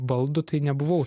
baldu tai nebuvau